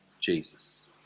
Jesus